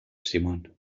simon